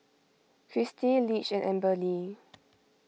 Kristi Lige and Amberly